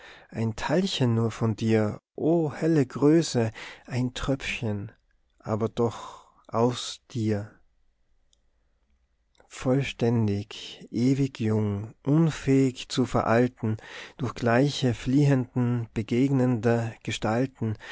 ein teilchen nur von dir o helle größe ein tröpfchen aber doch aus dir vollständig ewig jung unfähig zu veralten durch gleiche fliehenden begegnende gestalten